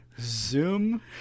Zoom